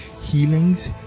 healings